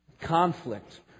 conflict